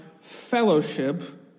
fellowship